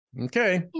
okay